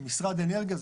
כמשרד האנרגיה,